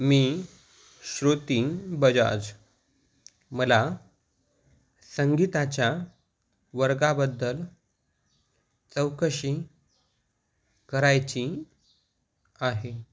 मी श्रुती बजाज मला संगीताच्या वर्गाबद्दल चौकशी करायची आहे